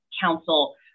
council